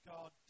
God